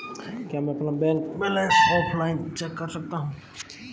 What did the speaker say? क्या मैं अपना बैंक बैलेंस ऑनलाइन चेक कर सकता हूँ?